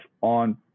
on